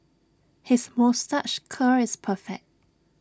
his moustache curl is perfect